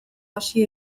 hasi